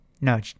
No